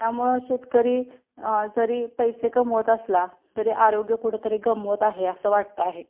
त्यामुळं शेतकरी जरी पैसे कमवत असला तरी आरोग्य कुठंतरी गमवत आहे असं वाटतं आहे